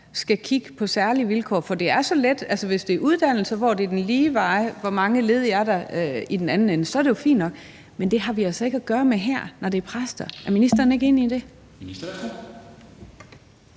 skal kigge på særlige vilkår? For hvis det er uddannelser, hvor det er den lige vej, i forhold til hvor mange ledige der er i den anden ende, er det fint nok, men det har vi altså ikke at gøre med her, når det er præster. Er ministeren ikke enig i det?